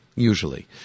usually